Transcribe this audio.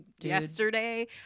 yesterday